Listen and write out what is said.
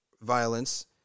violence